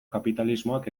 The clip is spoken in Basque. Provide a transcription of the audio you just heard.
kapitalismoak